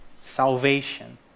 salvation